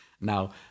Now